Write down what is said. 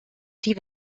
die